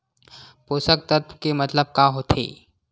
पोषक तत्व के मतलब का होथे?